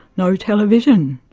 no television,